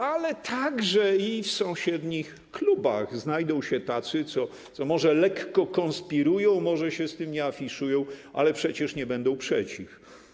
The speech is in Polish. Ale także i w sąsiednich klubach znajdą się tacy, co może lekko się konspirują, może się z tym nie afiszują, ale przecież nie będą przeciw.